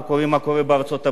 אנחנו רואים מה קורה בארצות-הברית.